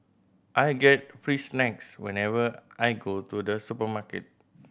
I get free snacks whenever I go to the supermarket